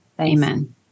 Amen